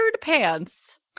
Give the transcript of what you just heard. pants